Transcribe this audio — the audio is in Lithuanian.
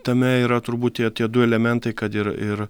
tame yra turbūt tie tie du elementai kad ir ir